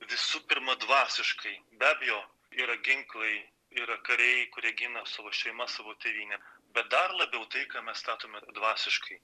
visų pirma dvasiškai be abejo yra ginklai yra kariai kurie gina savo šeimas savo tėvynę bet dar labiau tai ką mes statome dvasiškai